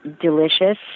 Delicious